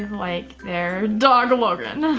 like their dog logan.